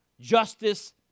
justice